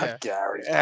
Gary